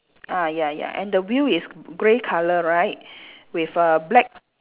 ah ya ya and the wheel is grey colour right with a black